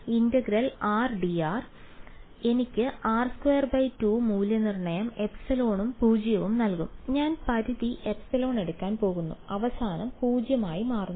integral rdr എനിക്ക് r22 മൂല്യനിർണ്ണയം ε ഉം 0 ഉം നൽകും ഞാൻ പരിധി ε എടുക്കാൻ പോകുന്നു അവസാനം 0 ആയി മാറുന്നു